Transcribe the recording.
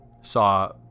saw